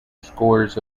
scores